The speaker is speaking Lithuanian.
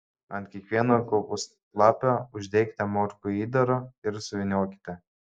ant kiekvieno kopūstlapio uždėkite morkų įdaro ir suvyniokite